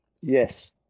Yes